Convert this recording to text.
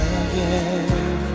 again